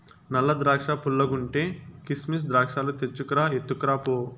నల్ల ద్రాక్షా పుల్లగుంటే, కిసిమెస్ ద్రాక్షాలు తెచ్చుకు రా, ఎత్తుకురా పో